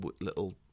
little